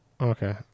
Okay